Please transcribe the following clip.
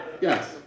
Yes